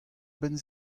benn